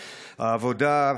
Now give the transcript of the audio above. העבודה,